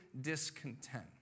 discontent